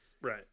right